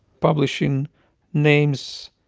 publishing names,